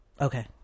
Okay